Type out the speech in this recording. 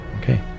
Okay